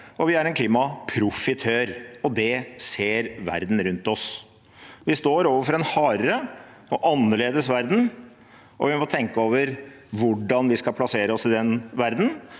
vi er en klimaprofitør, og det ser verden rundt oss. Vi står overfor en hardere og annerledes verden, og vi må tenke over hvordan vi skal plassere oss i den verdenen.